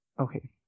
Okay